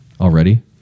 already